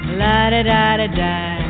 la-da-da-da-da